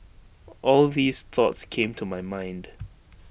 all these thoughts came to my mind